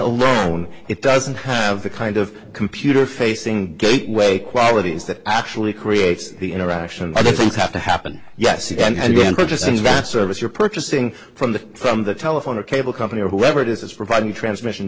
alone it doesn't have the kind of computer facing gateway qualities that actually creates the interaction other things have to happen yes and you just about service you're purchasing from the from the telephone or cable company or whoever it is it's providing transmission